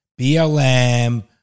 BLM